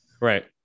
Right